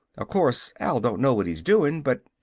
of course, al don't know what he's doing, but